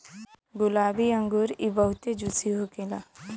गुलाबी अंगूर इ बहुते जूसी होखेला